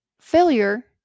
failure